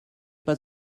pas